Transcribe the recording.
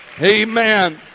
Amen